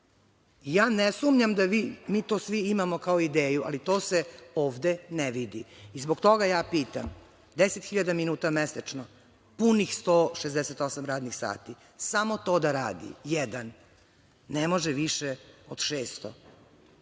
I ne sumnjam, mi to svi imamo kao ideju, ali to se ovde ne vidi. I zbog toga pitam 10.000 minuta mesečno, punih 168 radnih sati, samo da to radi jedan, ne može više od 600,